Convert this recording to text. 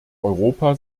europa